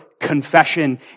confession